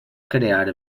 crear